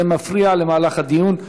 זה מפריע למהלך הדיון.